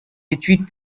études